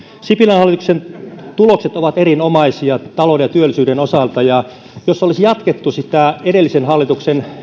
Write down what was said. sipilän hallituksen tulokset ovat erinomaisia talouden ja työllisyyden osalta ja jos olisi jatkettu edellisen hallituksen